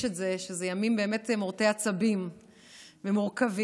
שאלה ימים באמת מורטי עצבים ומורכבים,